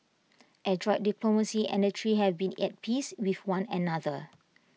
adroit diplomacy and that three have been at peace with one another